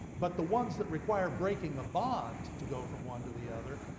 but the ones that require breaking a bond, to go from one to the other,